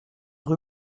rue